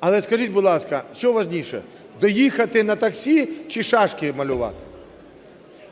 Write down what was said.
Але скажіть, будь ласка, що важливіше: доїхати на таксі чи шашки малювати?